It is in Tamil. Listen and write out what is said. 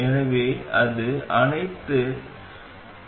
எனவே இது அனைத்து சுற்று